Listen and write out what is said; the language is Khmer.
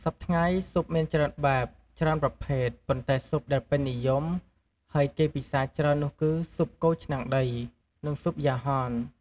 សព្វថ្ងៃ ស៊ុបមានច្រើនបែប ច្រើនប្រភេទ ប៉ុន្តែស៊ុបដែលពេញនិយម ហើយគេពិសាច្រើននោះគឺស៊ុបគោឆ្នាំងដី និងស៊ុបយ៉ាហន។